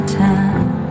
time